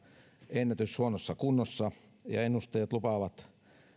ennätyshuonossa kunnossa ja ennusteet lupaavat